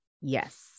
Yes